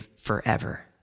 forever